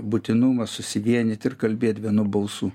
būtinumą susivienyt ir kalbėt vienu balsu